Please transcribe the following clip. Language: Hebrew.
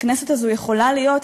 הכנסת הזו יכולה להיות,